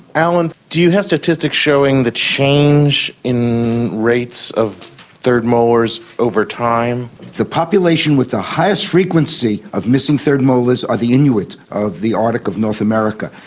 alan, do you have statistics showing the change in rates of third molars over time? the population with the highest frequency of missing third molars are the inuit of the arctic of north america,